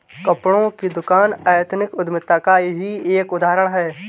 कपड़ों की दुकान एथनिक उद्यमिता का ही एक उदाहरण है